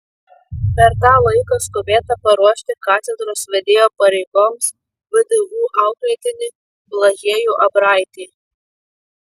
per tą laiką skubėta paruošti katedros vedėjo pareigoms vdu auklėtinį blažiejų abraitį